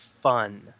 fun